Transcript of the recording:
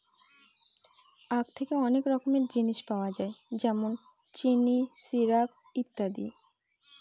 আঁখ থেকে অনেক রকমের জিনিস পাওয়া যায় যেমন চিনি, সিরাপ, ইত্যাদি